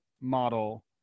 model